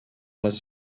les